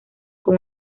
con